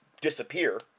disappear